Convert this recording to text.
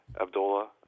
Abdullah